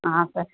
sir